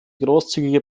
großzügige